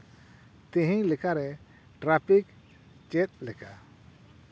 ᱛᱮᱦᱤᱧ ᱞᱮᱠᱟᱨᱮ ᱴᱨᱟᱯᱷᱤᱠ ᱪᱮᱫ ᱞᱮᱠᱟ